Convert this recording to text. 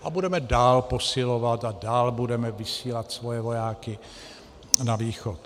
A budeme dál posilovat a dál budeme vysílat svoje vojáky na východ.